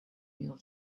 meal